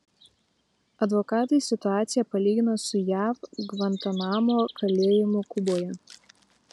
advokatai situaciją palygino su jav gvantanamo kalėjimu kuboje